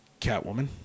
Catwoman